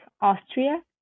austria